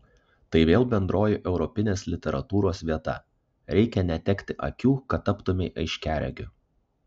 tai vėl bendroji europinės literatūros vieta reikia netekti akių kad taptumei aiškiaregiu